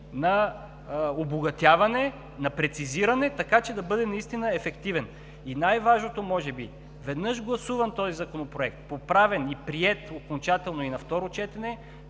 на обогатяване, на прецизиране, така че да бъде наистина ефективен. И най-важното може би, веднъж гласуван този Законопроект, поправен и приет окончателно и на второ четене,